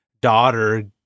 daughter